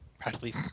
practically